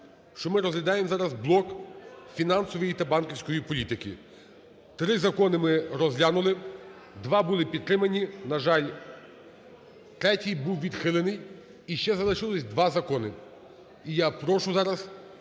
що ми розглядаємо зараз блок фінансової та банківської політики. Три закони ми розглянули, два були підтримані, на жаль, третій був відхилений і ще залишилось два закони. І я прошу зараз